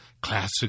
classic